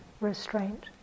restraint